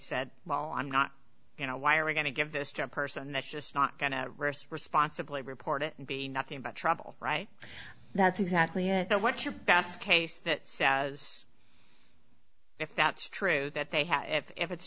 said well i'm not you know why are we going to give this to a person that's just not going to responsibly report it and be nothing but trouble right that's exactly what your best case that says if that's true that they have if it's